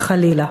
חלילה.